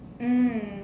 mm